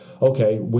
okay